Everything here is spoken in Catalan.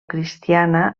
cristiana